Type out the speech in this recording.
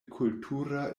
kultura